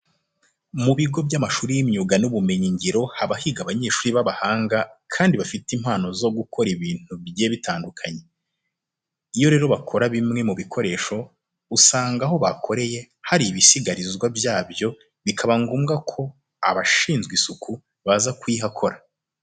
Mu bigo by'amashuri y'imyuga n'ubumenyingiro haba higa abanyeshuri b'abahanga kandi bafite impano zo gukora ibintu bigiye bitandukanye. Iyo rero bakora bimwe mu bikoresho, usanga aho bakoreye hari ibisigarizwa byabyo bikaba ngombwa ko abashinzwe isuku baza kuyihakora.